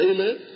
Amen